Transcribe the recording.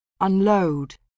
Unload